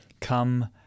Come